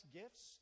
gifts